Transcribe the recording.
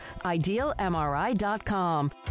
IdealMRI.com